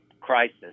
crisis